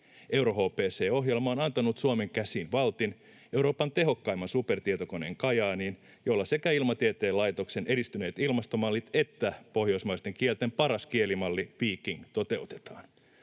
EuroHPC-ohjelma on antanut Suomen käsiin valtin, Euroopan tehokkaimman supertietokoneen Kajaaniin, jolla sekä Ilmatieteen laitoksen edistyneet ilmastomallit että pohjoismaisten kielten paras kielimalli Viking toteutetaan.